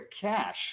cash